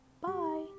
bye